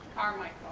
carmichael.